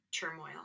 turmoil